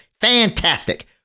Fantastic